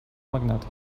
magnate